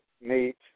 meet